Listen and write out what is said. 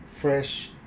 fresh